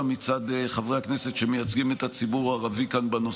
בנושא הזה מצד חברי הכנסת שמייצגים כאן את הציבור הערבי.